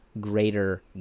greater